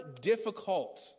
difficult